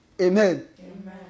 Amen